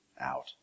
out